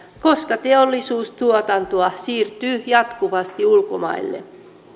koska teollisuustuotantoa siirtyy jatkuvasti ulkomaille